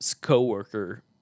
co-worker